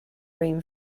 room